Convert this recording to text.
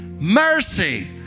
Mercy